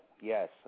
yes